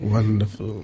Wonderful